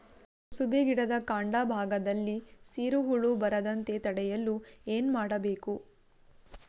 ಕುಸುಬಿ ಗಿಡದ ಕಾಂಡ ಭಾಗದಲ್ಲಿ ಸೀರು ಹುಳು ಬರದಂತೆ ತಡೆಯಲು ಏನ್ ಮಾಡಬೇಕು?